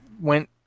went